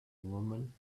woman